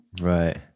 Right